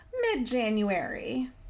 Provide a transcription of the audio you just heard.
mid-January